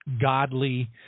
godly –